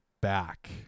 back